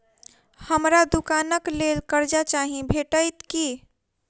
हमरा दुकानक लेल कर्जा चाहि भेटइत की?